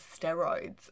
steroids